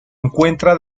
encuentra